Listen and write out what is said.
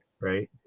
Right